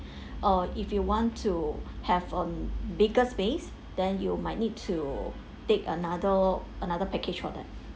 or if you want to have a bigger space then you might need to take another another package for that